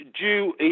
due